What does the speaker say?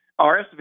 rsv